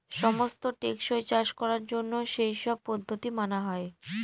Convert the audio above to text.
সমস্ত টেকসই চাষ করার জন্য সেই সব পদ্ধতি মানা হয়